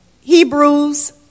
Hebrews